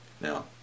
Now